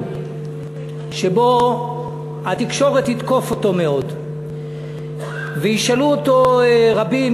שבה התקשורת תתקוף אותו מאוד וישאלו אותו רבים,